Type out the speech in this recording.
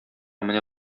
менә